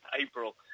april